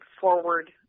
forward